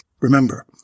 Remember